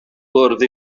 bwrdd